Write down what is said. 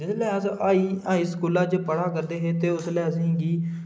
जिसलै अस high high स्कूलै च पढ़ै करदे हे ते उसलै असेंगी